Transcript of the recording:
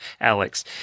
Alex